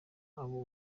ako